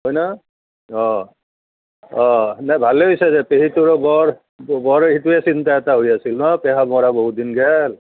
হয়না অ অ নাই ভালে হৈছে দে পেহীটোৰো বৰ বৰ সেইটোৱে চিন্তা এটা হৈ আছিল ন' পেহা মৰা বহুতদিন গেল